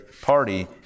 party